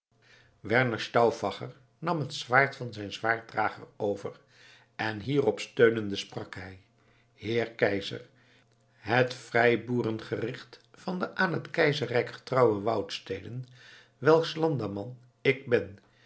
werner stauffacher nam het zwaard van zijn zwaarddrager over en hierop steunende sprak hij heer keizer het vrijboeren gericht van de aan het duitsche rijk getrouwe woudsteden welks landamman ik ben